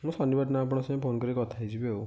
ମୁଁ ଶନିବାର ଦିନ ଆପଣଙ୍କ ସାଙ୍ଗରେ ଫୋନ୍ କରି କଥା ହେଇଯିବି ଆଉ